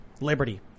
Liberty